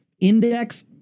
index